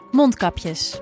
mondkapjes